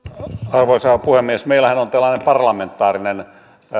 arvoisa puhemies meillähän on tällainen parlamentaarinen